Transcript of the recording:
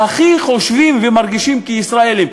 הכי חושבים ומרגישים כישראלים,